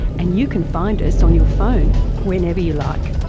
and you can find us on your phone whenever you like